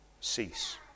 cease